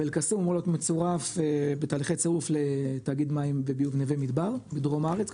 ואל-קסום בתהליכי צירוף לתאגיד מים "נוה מדבר" בדרום הארץ.